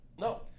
No